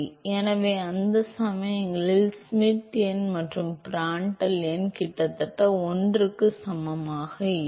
எனவே அந்த சமயங்களில் ஷ்மிட் எண் மற்றும் பிராண்டல் எண் கிட்டத்தட்ட 1க்கு சமமாக இருக்கும்